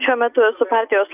šiuo metu esu partijos